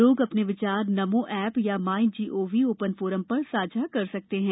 लोग अ ने विचार नमो ए या माईगोव ओ न फोरम र साझा कर सकते हैं